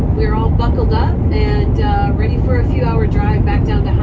we're all buckled up and ready for a few hour drive back down